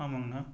ஆமாங்கண்ணா